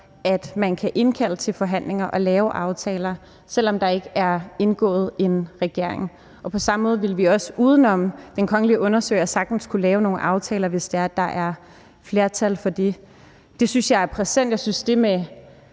at man kan indkalde til forhandlinger og lave aftaler, selv om der ikke er dannet en regering, eller selv om man er gået af. Og på samme måde vil vi også uden om den kongelige undersøger sagtens kunne lave nogle aftaler, hvis der er flertal for det. Det synes jeg er værd at